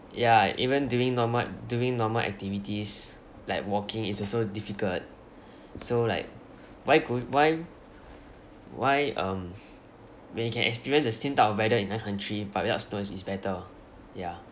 yeah even doing normal doing normal activities like walking is also difficult so like why cou~ why why um when you can experience the same type of weather in that country but without splurge is better yeah